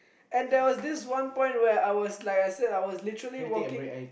and there was this one point where I was like I said I was literally walking